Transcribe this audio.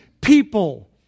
people